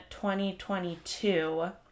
2022